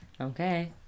Okay